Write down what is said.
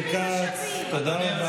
מה?